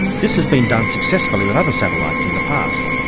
this has been done successfully with other satellites in the past.